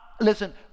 Listen